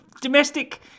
Domestic